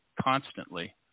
constantly